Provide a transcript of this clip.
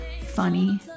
funny